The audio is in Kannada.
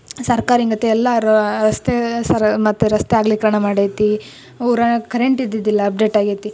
ಸರ್ಕಾರಿಗತೆ ಎಲ್ಲ ರಸ್ತೆ ಸರ್ ಮತ್ತೆ ರಸ್ತೆ ಅಗಲೀಕರಣ ಮಾಡೈತೆ ಊರಾಗೆ ಕರೆಂಟ್ ಇದ್ದಿದ್ದಿಲ್ಲ ಅಪ್ಡೇಟ್ ಆಗೈತೆ